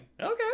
okay